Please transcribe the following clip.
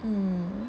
mm